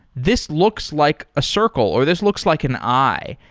this looks like a circle, or this looks like an eye.